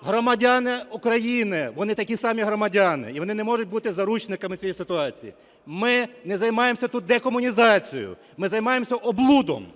Громадяни України, вони такі самі громадяни і вони не можуть бути заручниками цієї ситуації. Ми не займаємося тут декомунізацією, ми займаємося облудом,